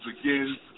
again